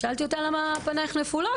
שאלתי אותה: למה פנייך נפולות?